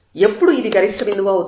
ఎప్పుడు ఇది గరిష్ఠ బిందువు అవుతుంది